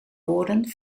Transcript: woorden